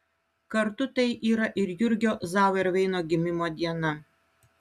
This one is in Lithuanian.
kartu tai yra ir jurgio zauerveino gimimo diena